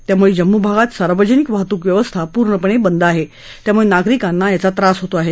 त्यामुळे जम्मू भागात सार्वजनिक वाहतूक व्यवस्था पूर्णपणे बंद आहे त्यामुळे नागरिकांना त्रास होत आहे